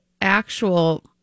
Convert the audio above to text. actual